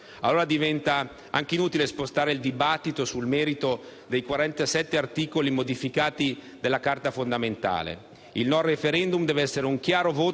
Allora diventa anche inutile spostare il dibattito sul merito dei 47 articoli modificati della Carta fondamentale. Il no al *referendum* deve essere un chiaro voto